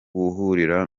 w’ihuriro